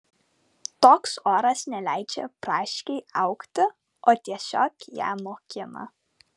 toks oras neleidžia braškei augti o tiesiog ją nokina